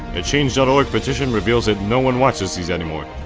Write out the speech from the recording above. a change dot org petition reveals that no one watches these anymore.